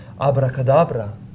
abracadabra